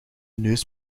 neus